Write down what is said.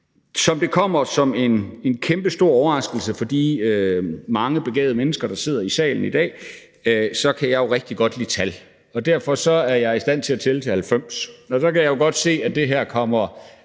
del. Det kommer nok som en kæmpestor overraskelse for de mange begavede mennesker, der sidder i salen i dag, men jeg kan jo rigtig godt lide tal, og derfor er jeg i stand til at tælle til 90. Og så kan jeg jo godt se, at det her kommer